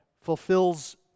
fulfills